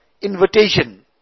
invitation